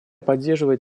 поддерживает